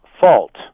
fault